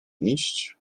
iść